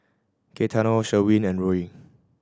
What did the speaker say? Gaetano Sherwin and Ruie